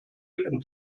and